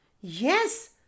Yes